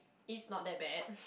it's not that bad